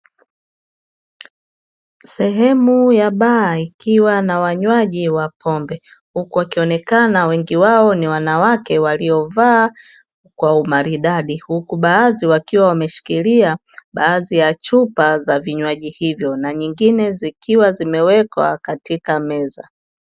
Sehemu ya baa ikiwa na wanywaji wa pombe huku wakionekana wengi wao ni wanawake waliovaa kwa umaridadi, huku baadhi wakiwa wameshikilia baadhi ya chupa ya vinywaji hivo na nyingine zikiwa zimewekwa katika meza.